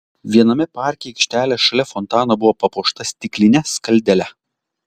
viename parke aikštelė šalia fontano buvo papuošta stikline skaldele